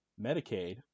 Medicaid